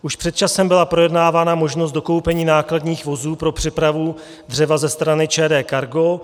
Už před časem byla projednávána možnost dokoupení nákladních vozů pro přepravu dřeva ze strany ČD Cargo.